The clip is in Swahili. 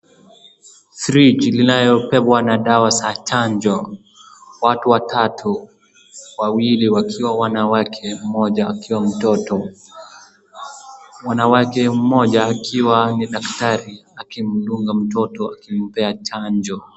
Friji inayobeba dawa za chanjo. Watu watatu, wawili wakiwa wanawake na mmoja akiwa mtoto, mwanamke mmoja akiwa ni daktari akimdunga mtoto akimpea chanjo.